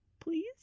please